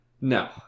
No